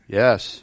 yes